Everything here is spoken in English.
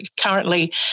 Currently